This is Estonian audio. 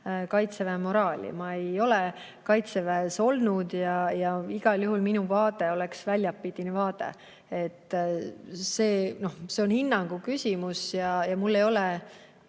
kaitseväe moraali. Ma ei ole kaitseväes olnud ja igal juhul minu vaade oleks vaade väljastpoolt. See on hinnangu küsimus ja mul ei ole